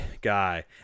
guy